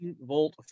volt